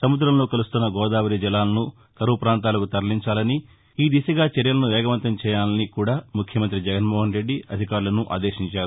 సముద్రంలో కలుస్తున్న గోదావరి జలాలను కరవు ప్రాంతాలకు తరలించాలని ఈ దిశగా చర్యలను వేగవంతం చేయాలని ముఖ్యమంతి జగన్నోహన్ రెడ్డి ఆదేశించారు